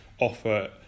offer